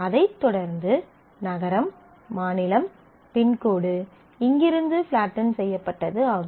அதைத் தொடர்ந்து நகரம் மாநிலம் பின்கோடு இங்கிருந்து ஃப்லாட்டென் செய்யப்பட்டது ஆகும்